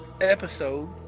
Episode